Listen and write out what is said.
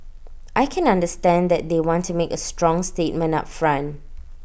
I can understand that they want to make A strong statement up front